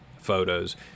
photos